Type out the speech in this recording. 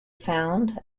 found